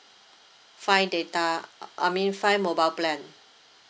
five data I mean five mobile plan